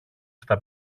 στα